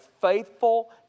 faithful